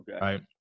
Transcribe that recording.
right